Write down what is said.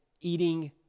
eating